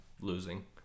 losing